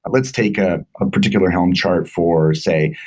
but let's take a particular helm chart for, say,